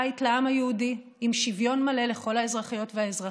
בית לעם היהודי עם שוויון מלא לכל האזרחיות והאזרחים,